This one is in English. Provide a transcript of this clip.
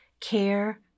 care